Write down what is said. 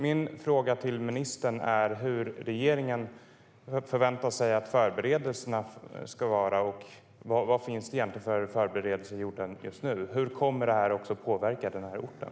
Min fråga är hur regeringen väntar sig att förberedelserna ska vara? Vad finns det egentligen för förberedelser gjorda just nu, och hur kommer detta att påverka orten?